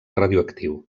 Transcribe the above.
radioactiu